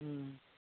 ꯎꯝ